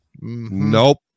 Nope